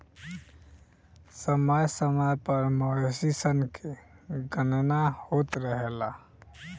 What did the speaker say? समय समय पर मवेशी सन के गणना होत रहेला